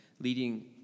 leading